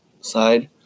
side